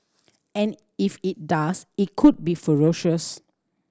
and if it does it could be ferocious